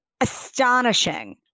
astonishing